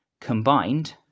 Combined